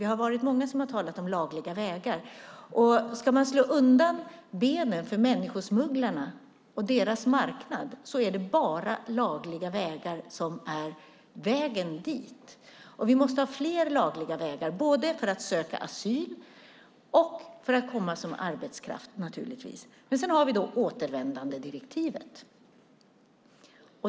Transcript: Vi har varit många som har talat om lagliga vägar. Ska man slå undan benen för människosmugglarna och deras marknad är det bara lagliga vägar som är vägen dit. Vi måste ha fler lagliga vägar både för att söka asyl och för att komma som arbetskraft. Sedan har vi återvändandedirektivet.